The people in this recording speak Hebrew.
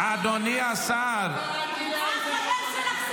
לא אמרתי דבר כזה.